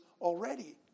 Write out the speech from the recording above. already